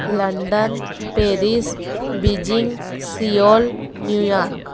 London Paris Beijing Seoul New York